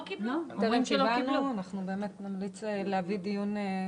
לא קיבלנו ונמליץ לקבוע דיון בנושא.